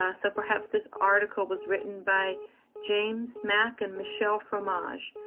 ah so perhaps this article was written by james mac and michelle fromage,